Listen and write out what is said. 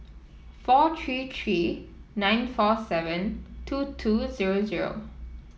four three three nine four seven two two zero zero